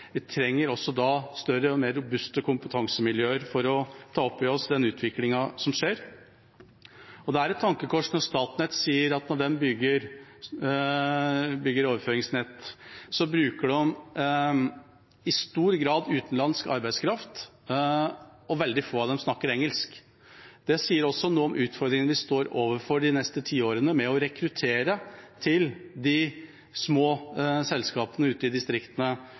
ta opp i oss den utviklingen som skjer. Det er et tankekors når Statnett sier at når de bygger overføringsnett, bruker de i stor grad utenlandsk arbeidskraft, og veldig få av dem snakker engelsk. Det sier også noe om utfordringene vi står overfor de neste tiårene med å rekruttere til de små selskapene ute i distriktene,